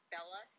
Bella